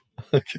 okay